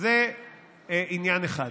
זה עניין אחד.